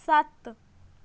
ਸੱਤ